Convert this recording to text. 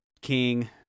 king